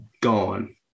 gone